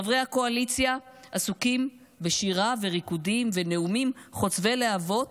חברי הקואליציה עסוקים בשירה וריקודים ונאומים חוצבי להבות